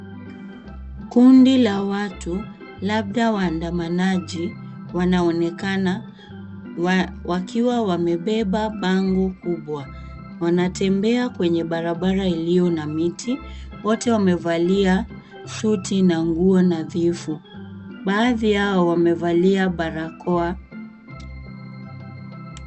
Kundi la watu labda waandamanaji wanaonekana wakiwa wamebeba bango kubwa. Wanatembea kwenye barabara iliyo na miti, wote wamevalia suti na nguo nadhifu. Baadhi yao wamevalia barakoa.